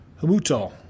Hamutal